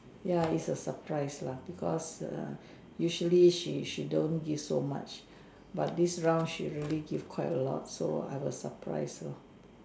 ya is a surprise lah because usually she she don't give so much but this round she really give a quite lot so I was really surprise lah